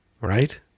right